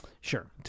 Sure